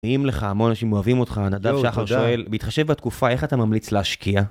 נעים לך, המון אנשים אוהבים אותך, נדב שחר שואל, בהתחשב בתקופה, איך אתה ממליץ להשקיע?